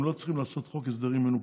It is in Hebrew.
הם לא צריכים לעשות חוק הסדרים מנופח,